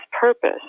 purpose